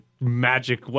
magic